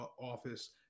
office